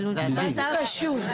מה זה קשור?